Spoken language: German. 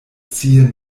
ziehen